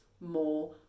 more